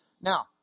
Now